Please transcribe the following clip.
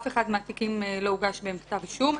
באף אחד מהתיקים לא הוגש כתב אישום.